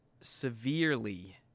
severely